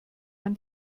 man